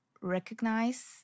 recognize